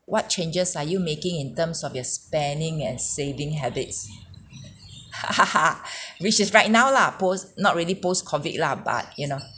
what changes are you making in terms of your spending and saving habits which is right now lah post not really post COVID lah but you know